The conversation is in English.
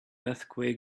earthquake